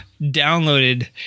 downloaded